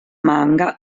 manga